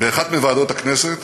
באחת מוועדות הכנסת,